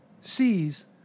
sees